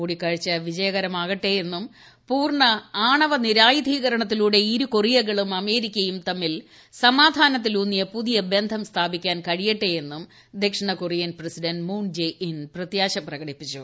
കൂടിക്കാഴ്ച വിജയകരമാകട്ടേയെന്നും പൂർണ്ണ ആണവനിരായുധീകരണത്തിലൂടെ ഇരു കൊറിയകളും അമേരിക്കയും തമ്മിൽ സമാധാനത്തിലൂന്നിയ പുതിയ ബന്ധം സ്ഥാപിക്കാൻ കഴിയട്ടെയെന്നും ദക്ഷിണ Korean president Moon Jae-in പ്രത്യാശ പ്രകടിപ്പിച്ചു